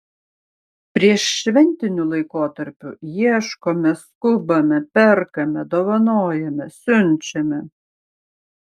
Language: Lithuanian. prieššventiniu laikotarpiu ieškome skubame perkame dovanojame siunčiame